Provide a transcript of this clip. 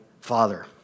father